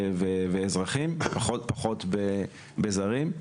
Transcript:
באזרחים ופחות בזרים.